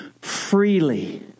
freely